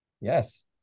Yes